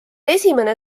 esimene